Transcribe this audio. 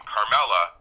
Carmella